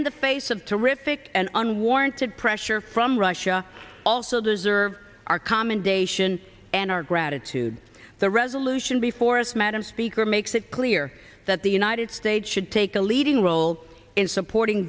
in the face of terrific and unwarranted pressure from russia also deserves our commendation and our gratitude the resolution before us madam speaker makes it clear that the united states should take a leading role in supporting